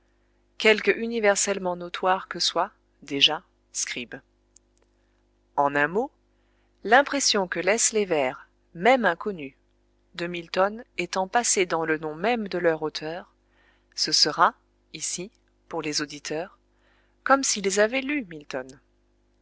quelque universellement notoire que soit déjà scribe en un mot l'impression que laissent les vers même inconnus de milton étant passée dans le nom même de leur auteur ce sera ici pour les auditeurs comme s'ils avaient lu milton